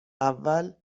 اول